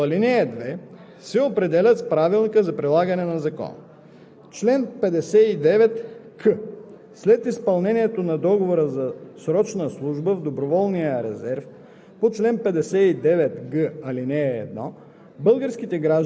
ал. 1. (3) Условията и редът за ползване на отпуска, както и размерът на паричното обезщетение за неизползвания отпуск по ал. 2 се определят с правилника за прилагането на закона. Чл. 59к.